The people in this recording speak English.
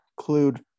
include